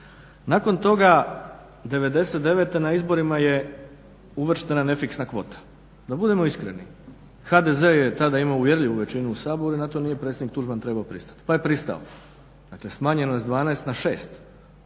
Nakon toga '99. na izborima je uvrštena nefiksna kvota. Da budemo iskreni, HDZ je tada imao uvjerljivu većinu u Saboru i na to nije predsjednik Tuđman trebao pristat pa je pristao, dakle smanjeno je s 12 na 6